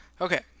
Okay